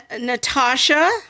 Natasha